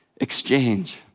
exchange